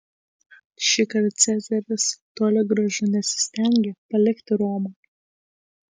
šįkart cezaris toli gražu nesistengė palikti romą